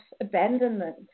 abandonment